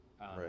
right